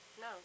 No